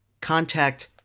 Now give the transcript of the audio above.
contact